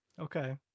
Okay